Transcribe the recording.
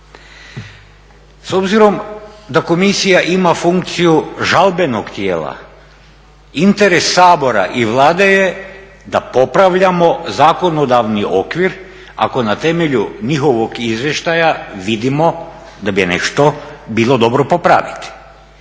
S obzirom da komisija ima funkciju žalbenog tijela interes Sabora i Vlade je da popravljamo zakonodavni okvir ako na temelju njihovog izvještaja vidimo da bi nešto bilo dobro popraviti.